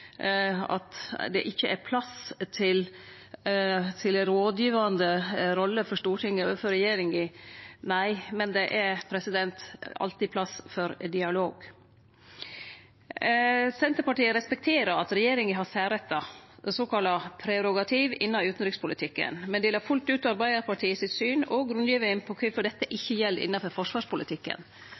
Nei, men det er alltid plass for dialog. Senterpartiet respekterer at regjeringa har særrettar, såkalla prerogativ, innan utanrikspolitikken, men deler fullt ut Arbeidarpartiets syn og grunngiving på kvifor dette ikkje gjeld innanfor forsvarspolitikken,